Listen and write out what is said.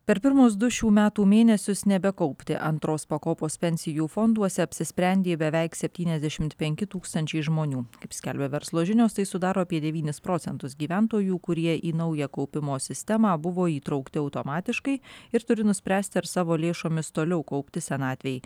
per pirmus du šių metų mėnesius nebekaupti antros pakopos pensijų fonduose apsisprendė beveik septyniasdešimt penki tūkstančiai žmonių kaip skelbia verslo žinios tai sudaro apie devynis procentus gyventojų kurie į naują kaupimo sistemą buvo įtraukti automatiškai ir turi nuspręsti ar savo lėšomis toliau kaupti senatvei